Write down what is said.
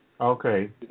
Okay